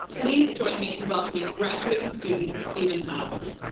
please join me in welcoming graduating student steven hollies.